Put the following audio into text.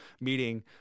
meeting